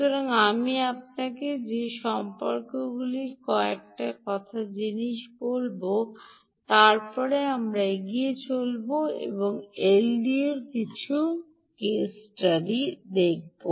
সুতরাং আমি আপনাকে সে সম্পর্কে কয়েকটি জিনিস বলি এবং তারপরে আমরা এগিয়ে চলব এবং এই এলডিও র কিছু কেস স্টাডি দেখব